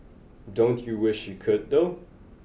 don't you wish you could though